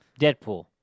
Deadpool